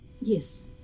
Yes